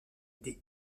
des